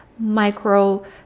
micro